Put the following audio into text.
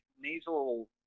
nasal